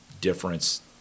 difference